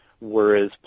whereas